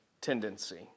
tendency